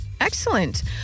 Excellent